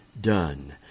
done